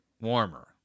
warmer